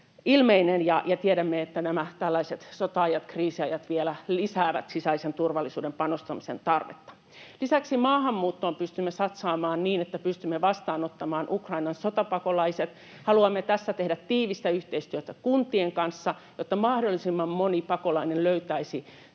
tiedämme, että nämä tällaiset sota- ja kriisiajat vielä lisäävät sisäisen turvallisuuden panostamisen tarvetta. Lisäksi maahanmuuttoon pystymme satsaamaan niin, että pystymme vastaanottamaan Ukrainan sotapakolaiset. Haluamme tässä tehdä tiivistä yhteistyötä kuntien kanssa, jotta mahdollisimman moni pakolainen löytäisi sen